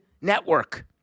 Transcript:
network